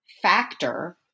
factor